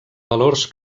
valors